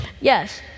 Yes